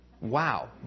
wow